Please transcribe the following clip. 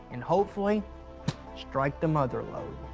and hopefully strike the mother lode.